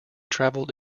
travelled